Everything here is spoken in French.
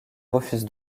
refuse